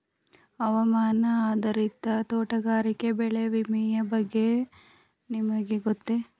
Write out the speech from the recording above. ಹವಾಮಾನ ಆಧಾರಿತ ತೋಟಗಾರಿಕೆ ಬೆಳೆ ವಿಮೆಯ ಬಗ್ಗೆ ನಿಮಗೆ ಗೊತ್ತೇ?